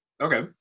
Okay